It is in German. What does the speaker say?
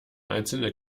einzelne